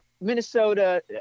Minnesota